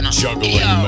juggling